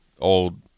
old